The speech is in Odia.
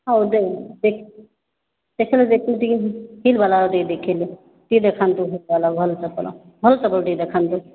ହେଉ ଦେଖାଇଲେ ଦେଖାଇଲେ ଟିକେ ହିଲ୍ ବାଲାର ଟିକେ ଦେଖାଇଲେ ଟିକେ ଦେଖାନ୍ତୁ ଭଲ ଚପଲ ଭଲ ଚପଲ ଟିକେ ଦେଖାନ୍ତୁ